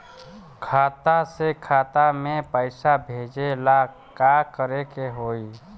खाता से खाता मे पैसा भेजे ला का करे के होई?